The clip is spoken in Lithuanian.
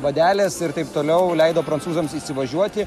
vadelės ir taip toliau leido prancūzams įsivažiuoti